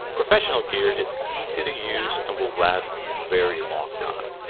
professional gear is easy to use and will last a very long time.